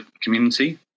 community